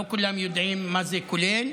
לא כולם יודעים מה זה כולל.